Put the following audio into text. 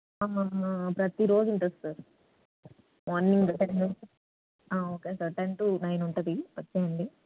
ప్రతి రోజుంటుంది sir morning ten okay sir ten to nine ఉంటుంది వచ్చేయండి